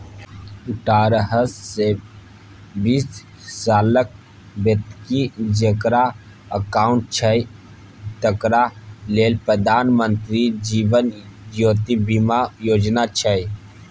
अठारहसँ बीस सालक बेकती जकरा अकाउंट छै तकरा लेल प्रधानमंत्री जीबन ज्योती बीमा योजना छै